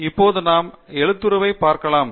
இப்போது நாம் எழுத்துருவை மாற்றலாம்